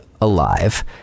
alive